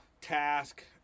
task